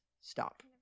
Stop